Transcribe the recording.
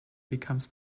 becomes